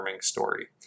story